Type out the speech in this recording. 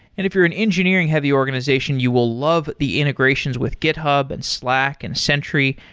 if you're an engineering-heavy organization, you will love the integrations with github, and slack, and sentry,